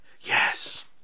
Yes